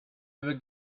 other